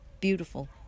beautiful